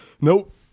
nope